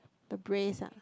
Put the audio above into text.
the brace ah